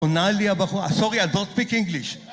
עונה לי הבחורה, sorry, I don't speak English